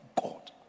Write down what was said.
God